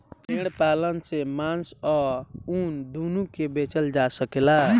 भेड़ पालन से मांस आ ऊन दूनो के बेचल जा सकेला